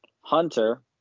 hunter